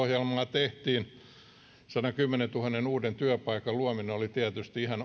hallitusohjelmaa tehtiin sadankymmenentuhannen uuden työpaikan luominen oli tietysti ihan